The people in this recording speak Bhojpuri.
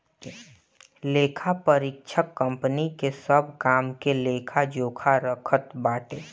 लेखापरीक्षक कंपनी के सब काम के लेखा जोखा रखत बाटे